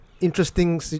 Interesting